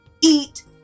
Eat